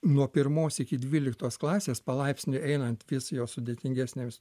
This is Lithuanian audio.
nuo pirmos iki dvyliktos klasės palaipsniui einant vis jos sudėtingesnėms